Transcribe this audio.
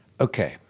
Okay